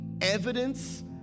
Evidence